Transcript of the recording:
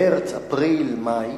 מרס, אפריל, מאי,